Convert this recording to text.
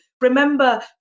Remember